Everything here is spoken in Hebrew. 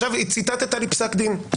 ציטטת לי פסק דין.